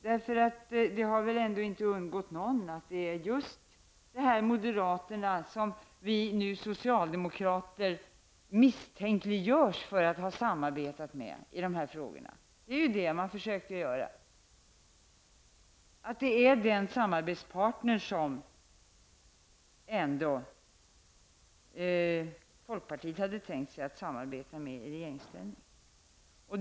Det har väl inte undgått någon att det är just dessa moderater, som vi socialdemokrater misstänkliggörs för att ha samarbetat med i de här frågorna, som folkpartiet hade tänkt sig som samarbetspartner i regeringsställning.